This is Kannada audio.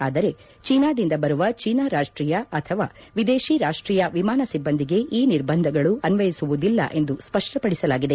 ಆದರೆ ಚೀನಾದಿಂದ ಬರುವ ಚೀನಾ ರಾಷ್ಟೀಯರು ಅಥವಾ ವಿದೇಶಿ ರಾಷ್ಟೀಯ ವಿಮಾನ ಸಿಬ್ಬಂದಿಗೆ ಈ ನಿರ್ಬಂಧಗಳು ಅನ್ವಯಿಸುವುದಿಲ್ಲ ಎಂದು ಸ್ಪಷ್ಟಪಡಿಸಲಾಗಿದೆ